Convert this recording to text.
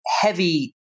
heavy